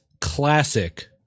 Classic